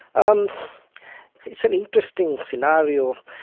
um it's an interesting scenario,